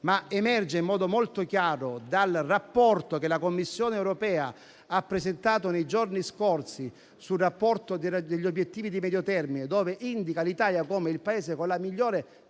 ma emerge in modo molto chiaro dal rapporto che la Commissione europea ha presentato nei giorni scorsi sugli obiettivi di medio termine, in cui indica l'Italia come il Paese con la migliore